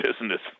business